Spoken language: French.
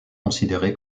considéré